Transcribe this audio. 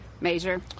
Major